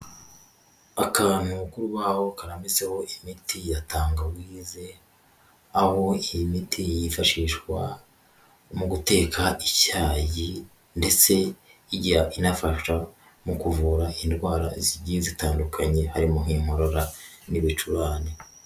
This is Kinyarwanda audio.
Akantu k'urubaho karambitseho imiti ya tangawizi, aho iyi miti yifashishwa mu guteka icyayi ndetse inafasha mu kuvura indwara zigiye zitandukanye, harimo nk'inkorora n'ibicurane.